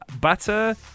butter